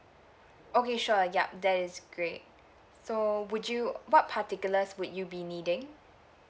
okay sure yup that is great so would you what particulars would you be needing